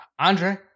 Andre